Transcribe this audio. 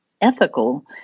ethical